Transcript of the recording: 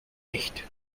echt